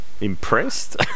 Impressed